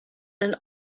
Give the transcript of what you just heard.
een